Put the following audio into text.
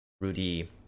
Rudy